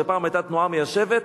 שפעם היתה תנועה מיישבת,